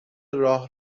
راه